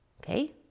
Okay